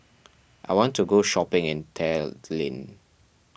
I want to go shopping in Tallinn